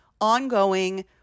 ongoing